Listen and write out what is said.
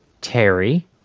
Terry